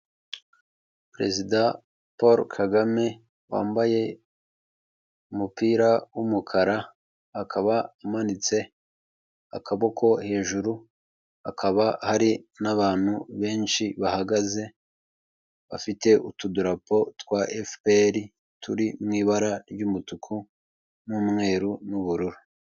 Perezida Paul Kagame wambaye umupira w'umukara, akaba amanitse akaboko hejuru hakaba hari n'abantu benshi bahagaze bafite utudarapo twa FPR, turi mu ibara ry'umutuku n'umweru n'ubururu.